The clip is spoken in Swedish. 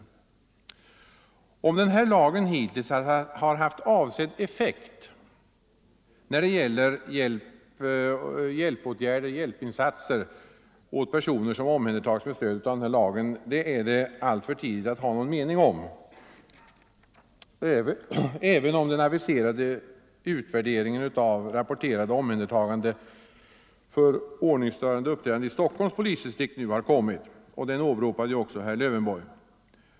Huruvida den här lagen hittills har haft avsedd effekt när det gäller hjälpinsatser åt personer som omhändertagits tillfälligt med stöd av just denna lag är det alltför tidigt att ha någon mening om, även om den aviserade utvärderingen av rapporterade omhändertaganden för ordningsstörande uppträdande i Stockholms polisdistrikt nu har kommit. Herr Lövenborg åberopade ju den.